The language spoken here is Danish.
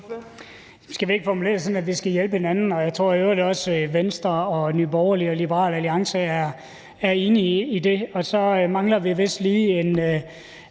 Skal vi ikke formulere det sådan, at vi skal hjælpe hinanden? Jeg tror i øvrigt også, at Venstre, Nye Borgerlige og Liberal Alliance er enige i det. Og så mangler vi vist lige 10,